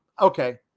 okay